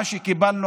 מה שקיבלנו,